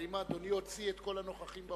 האם אדוני הוציא את כל הנוכחים באולם?